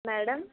madam